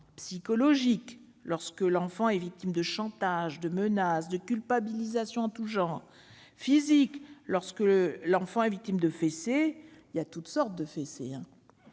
psychologiques, lorsque l'enfant est victime de chantage, de menaces, de culpabilisations en tous genres ; physiques, lorsque l'enfant est victime de fessées, de gifles, de